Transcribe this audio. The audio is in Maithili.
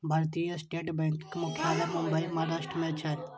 भारतीय स्टेट बैंकक मुख्यालय मुंबई, महाराष्ट्र मे छै